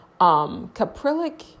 Caprylic